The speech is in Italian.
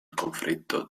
conflitto